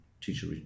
teacher